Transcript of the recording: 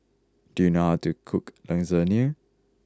do you know how to cook Lasagne